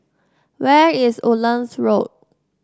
where is Woodlands Road